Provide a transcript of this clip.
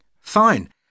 Fine